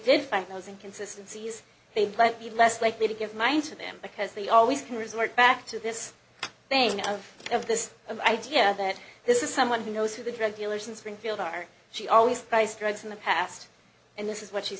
did find those inconsistency yes they might be less likely to give mine to them because they always can resort back to this thing of of this of idea that this is someone who knows who the drug dealers in springfield are she always buys drugs in the past and this is what she's